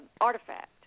Artifact